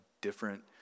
different